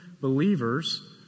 believers